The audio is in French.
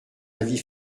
avis